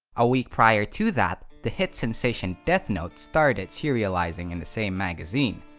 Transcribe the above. a week prior to that, the hit sensation death note started serializing in the same magazine.